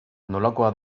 nolakoa